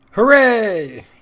Hooray